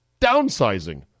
downsizing